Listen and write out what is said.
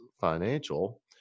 Financial